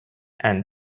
and